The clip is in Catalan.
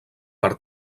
per